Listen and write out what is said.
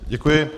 Děkuji.